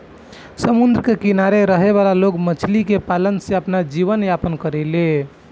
समुंद्र के किनारे रहे वाला लोग मछली के पालन से आपन जीवन यापन करेले